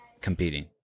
competing